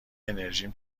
انرژیم